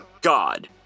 God